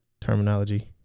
terminology